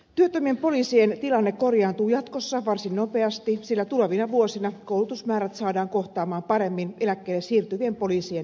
työttömien poliisien tilanne korjaantuu jatkossa varsin nopeasti sillä tulevina vuosina koulutusmäärät saadaan kohtaamaan paremmin eläkkeelle siirtyvien poliisien määrän kanssa